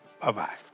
Bye-bye